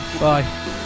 Bye